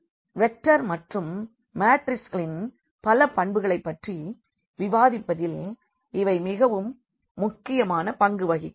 vector மற்றும் மாட்ரிக்ஸ்களின் பல பண்புகளை பற்றி விவாதிப்பதில் இவை மிகவும் முக்கியமான பங்கு வகிக்கின்றன